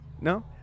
no